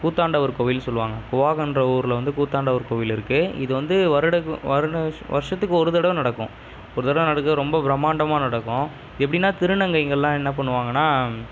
கூத்தாண்டவர் கோவில்னு சொல்லுவாங்கள் குவாகம் என்ற ஊரில் வந்து கூத்தாண்டவர் கோவில் இருக்குது இது வந்து வருடங்கள் வருட வருஷத்துக்கு ஒரு தடவை நடக்கும் ஒரு தடவை நடக்கிறது ரொம்ப பிரமாண்டமாக நடக்கும் எப்படின்னா திருநங்கைகளெலாம் என்ன பண்ணுவாங்கன்னால்